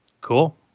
Cool